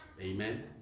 Amen